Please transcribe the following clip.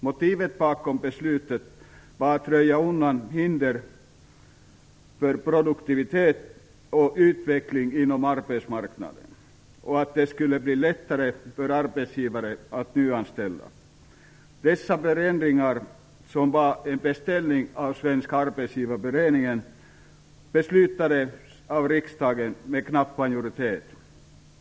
Motivet bakom besluten var att röja undan hinder för produktivitet och utveckling inom arbetsmarknaden och att det skulle bli lättare för arbetsgivare att nyanställa. Dessa förändringar, som beställts av Svenska arbetsgivareföreningen, beslutades av riksdagen med knapp majoritet.